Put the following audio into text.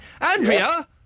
Andrea